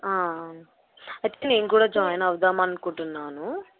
at నేను కూడా join అవుదామనుకుంటున్నాను